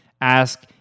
ask